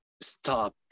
stop